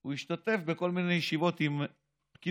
הוא השתתף בכל מיני ישיבות עם פקידים.